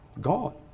gone